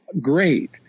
great